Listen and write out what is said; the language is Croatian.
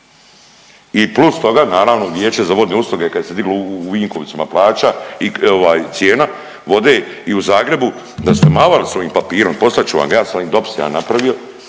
i plus toga naravno Vijeće za vodne usluge kad se diglo u Vinkovcima plaća ovaj cijena vode i u Zagrebu da ste malo s ovim papirom, poslat ću vam ja sam ovim dopisima napravio